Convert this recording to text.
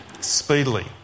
Speedily